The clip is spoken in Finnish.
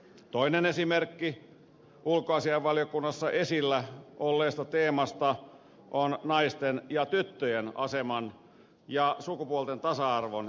toinen esimerkki ulkoasiainvaliokunnassa esillä olleesta teemasta on naisten ja tyttöjen aseman ja sukupuolten tasa arvon edistäminen